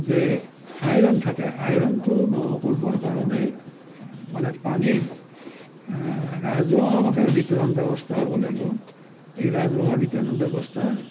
যে আয়ৰন থাকে আয়ৰনটো নোহোৱা কৰিবৰ কাৰণে মানে পানীৰ ৰাজহুৱাভাৱে বিতৰণ ব্যৱস্থা হ'ব লাগিবণ এই ৰাজহুৱা বিতৰণ ব্যৱস্থা